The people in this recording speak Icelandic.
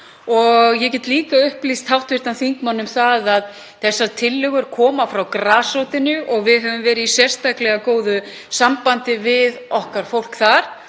Og ég get líka upplýst hv. þingmann um að þessar tillögur koma frá grasrótinni og við höfum verið í sérstaklega góðu sambandi við okkar fólk þar.